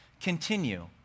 continue